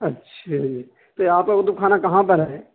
اچھا جی تو یہ آپ کا کتب خانہ کہاں پر ہے